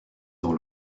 dans